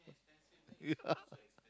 yeah